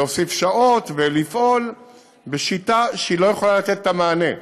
להוסיף שעות ולפעול בשיטה שלא יכולה לתת את המענה,